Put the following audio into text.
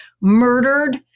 murdered